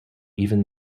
even